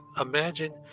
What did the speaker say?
Imagine